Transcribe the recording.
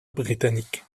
britannique